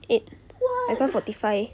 eight become forty five